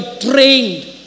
trained